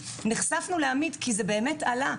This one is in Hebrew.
נחשפנו לעמית כי הסיפור שלו באמת עלה.